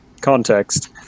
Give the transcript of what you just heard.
context